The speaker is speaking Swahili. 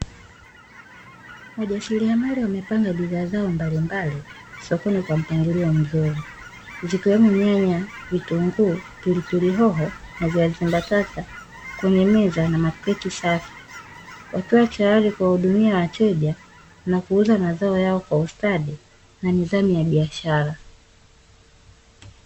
Wajasiriamali wamepanda bidhaa zao mbalimbali sokoni kwa mpangilio mzuri zikiwemo nyanya, vitunguu, pilipili hoho na viazi mbatata kwenye meza na makreti safi, wakiwa tayari kuwahudumia wateja na kuuza mazao yao kwa ustadi na nidhamu ya biashara.